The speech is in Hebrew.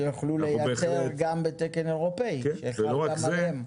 שיוכלו לייצר גם בתקן אירופי שחל גם עליהם.